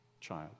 child